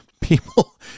People